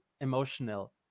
emotional